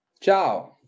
Ciao